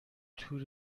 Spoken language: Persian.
تور